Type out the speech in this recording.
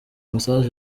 message